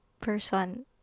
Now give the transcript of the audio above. person